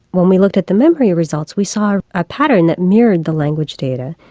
when we looked at the memory results we saw a pattern that mirrored the language data.